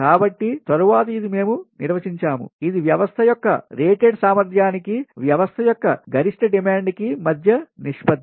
కాబట్టి తరువాత ఇది మేము నిర్వచించాము ఇది వ్యవస్థ యొక్క రేటెడ్ సామర్థ్యానికి వ్యవస్థ యొక్క గరిష్ట డిమాండ్ కి మధ్య నిష్పత్తి